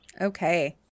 Okay